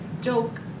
joke